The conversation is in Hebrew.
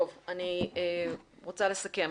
טוב, אני רוצה לסכם.